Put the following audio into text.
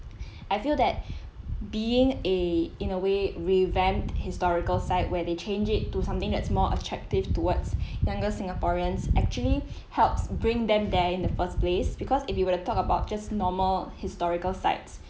I feel that being a in a way revamped historical site where they change it to something that's more attractive towards younger singaporeans actually helps bring them there in the first place because if you wanna talk about just normal historical sites